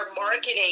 marketing